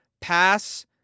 Pass